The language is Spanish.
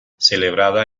celebrada